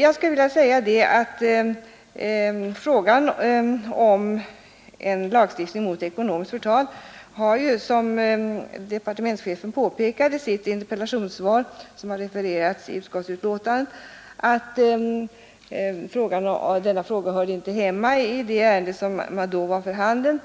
Jag vill säga att frågan om en lagstiftning mot ekonomiskt förtal, som departementschefen påpekade i sitt i utskottsbetänkandet refererade frågesvar, ju inte hörde hemma under det ärende som förelåg. Departementschefen